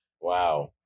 Wow